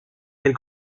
elle